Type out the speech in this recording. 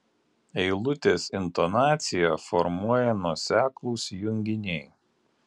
eilutės intonaciją formuoja nuoseklūs junginiai